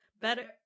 Better